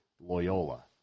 Loyola